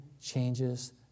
changes